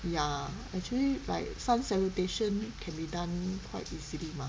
ya actually like sun salutation can be done quite easily mah